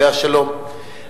עליה השלום,